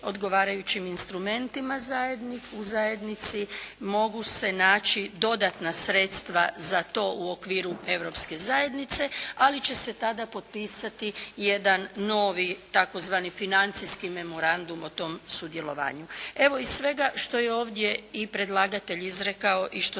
odgovarajućim instrumentima u zajednici, mogu se naći dodatna sredstva za to u okviru Europske zajednice, ali će se tada potpisati jedan novi tzv. financijski memorandum o tom sudjelovanju. Evo iz svega što je ovdje i predlagatelj izrekao i što